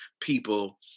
people